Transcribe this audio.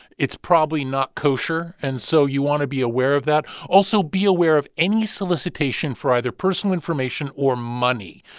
it's probably not kosher. and so you want to be aware of that. also, be aware of any solicitation for either personal information or money.